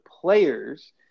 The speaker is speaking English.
players